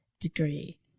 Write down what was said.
degree